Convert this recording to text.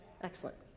Excellent